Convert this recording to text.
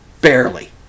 Barely